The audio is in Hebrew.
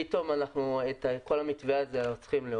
פתאום אנחנו צריכים להוריד את כל המתווה הזה.